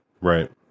Right